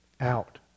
out